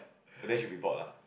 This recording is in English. then she'll be bored lah